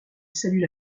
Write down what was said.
salue